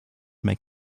make